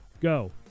Go